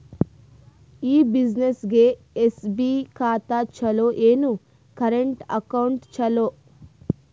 ಈ ಬ್ಯುಸಿನೆಸ್ಗೆ ಎಸ್.ಬಿ ಖಾತ ಚಲೋ ಏನು, ಕರೆಂಟ್ ಅಕೌಂಟ್ ಚಲೋ?